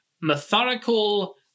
methodical